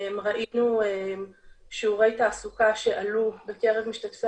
ראינו שיעורי תעסוקה שעלו בקרב משתתפי